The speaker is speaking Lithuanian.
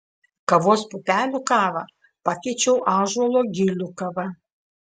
kavos pupelių kavą pakeičiau ąžuolo gilių kava